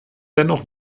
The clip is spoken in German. dennoch